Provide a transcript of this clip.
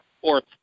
Fourth